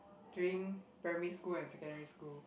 during primary school and secondary school